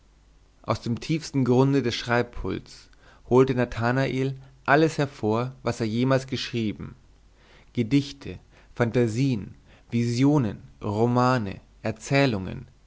aus dem tiefsten grunde des schreibpults holte nathanael alles hervor was er jemals geschrieben gedichte fantasien visionen romane erzählungen